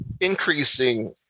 increasing